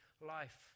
life